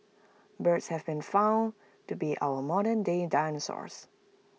birds have been found to be our modernday dinosaurs